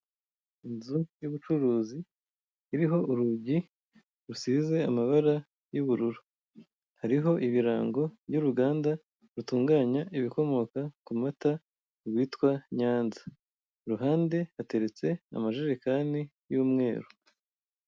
Inzu y'ubucuruzi iriho urugi rusize amabara y'ubururu, hariho ibirango by'urunganda rutunganya ibikomoka ku mata rwitwa NYANZA iruhande hateretse amajerekani y'umweru.